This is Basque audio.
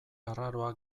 arraroa